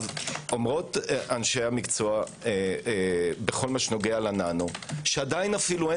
אומרות אנשי המקצוע בכל הנוגע לננו שעדיין אין